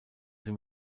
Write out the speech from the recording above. sie